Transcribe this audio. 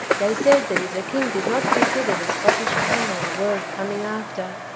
they said that if the king did not consider the scottish crown worth coming after,